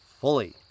fully